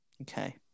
okay